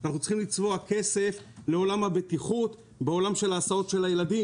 אנחנו צריכים לצבוע כסף לעולם הבטיחות בעולם ההסעות של הילדים.